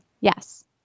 yes